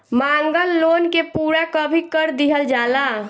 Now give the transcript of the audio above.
मांगल लोन के पूरा कभी कर दीहल जाला